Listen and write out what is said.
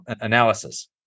Analysis